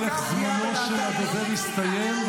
הכנסת יוראי להב הרצנו, נא לסיים.